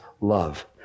love